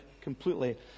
completely